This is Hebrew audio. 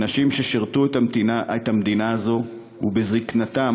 אנשים ששירתו את המדינה הזו ובזיקנתם